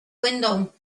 window